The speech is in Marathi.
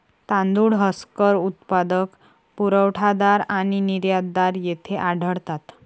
तांदूळ हस्कर उत्पादक, पुरवठादार आणि निर्यातदार येथे आढळतात